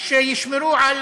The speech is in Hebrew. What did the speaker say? שישמרו על